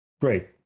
great